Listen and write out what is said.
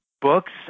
books